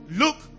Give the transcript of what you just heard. look